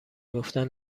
گفتن